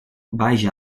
baix